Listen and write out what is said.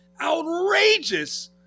outrageous